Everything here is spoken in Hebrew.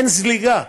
אין זליגה.